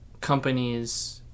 companies